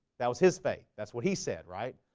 that was his faith that's what he said, right?